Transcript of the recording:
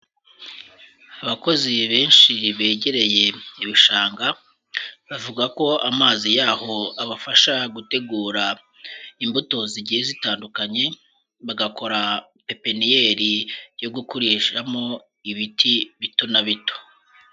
Abakozi benshi begereye ibishanga bavuga ko amazi yaho abafasha gutegura imbuto zigiye zitandukanye, bagakora pipiniyeri yo gukoreshamo ibiti bito na bito.